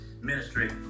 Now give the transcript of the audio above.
ministry